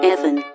Evan